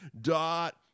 dot